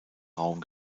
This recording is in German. raum